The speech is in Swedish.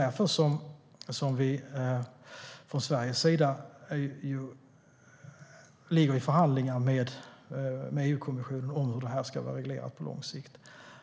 Därför ligger vi från Sveriges sida i förhandlingar med EU-kommissionen om hur detta ska vara reglerat på lång sikt.